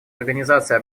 организацией